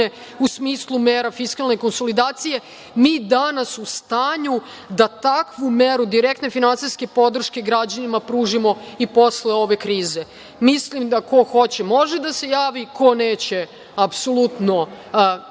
u smislu mera fiskalne konsolidacije mi danas u stanju da takvu meru direktne finansijske podrške građanima pružimo i posle ove krize. Mislim da ko hoće može da se javi, ko neće apsolutno